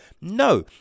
no